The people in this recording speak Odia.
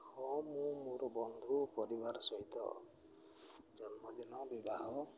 ହଁ ମୁଁ ମୋର ପରିବାର ସହିତ ଜନ୍ମଦିନ ବିବାହ